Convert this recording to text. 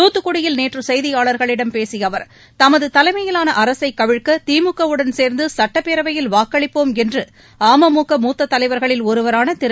தூத்துக்குடியில் நேற்று செய்தியாளர்களிடம் பேசிய அவர் தமது தலைமையிலான அரசை கவிழ்க்க திமுகவுடன் சேர்ந்து சட்டப்பேரவையில் வாக்களிப்போம் என்று அமுக மூத்த தலைவர்களில் ஒருவரான திரு